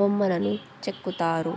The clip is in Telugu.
బొమ్మలను చెక్కుతారు